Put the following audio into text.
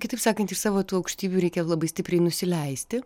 kitaip sakant iš savo tų aukštybių reikia labai stipriai nusileisti